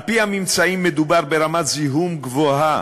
על-פי הממצאים, מדובר ברמת זיהום גבוהה,